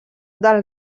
del